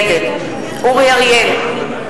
נגד אורי אריאל,